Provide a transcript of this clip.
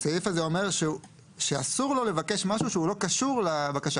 הסעיף הזה אומר שאסור לו לבקש משהו שהוא לא קשור לבקשה.